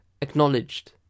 acknowledged